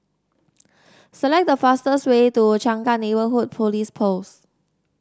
select the fastest way to Changkat Neighbourhood Police Post